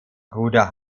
bruder